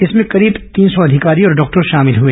इसमें करीब तीन सौ अधिकारी और डॉक्टर शामिल हुए